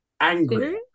angry